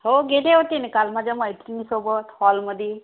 हो गेले होते ना काल माझ्या मैत्रिणीसोबत हॉलमध्ये